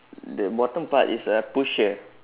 the bottom part is a push here